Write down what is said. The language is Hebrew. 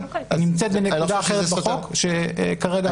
היא נמצאת בנקודה אחרת בחוק, שכרגע הוועדה לא דנה.